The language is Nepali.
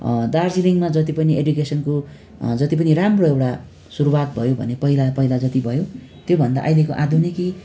दार्जिलिङमा जति पनि एडुकेसनको जति पनि राम्रो एउटा सुरुवात भयो भने पहिला पहिला जति भयो त्योभन्दा अहिलेको आधुनिकी